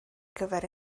gyfer